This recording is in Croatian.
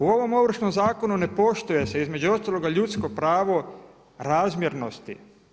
U ovom Ovršnom zakonu ne poštuje se između ostalog ljudsko pravo razmjernosti.